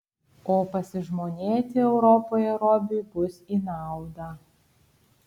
o pasižmonėti europoje robiui bus į naudą